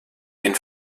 den